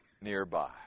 nearby